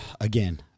again